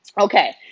Okay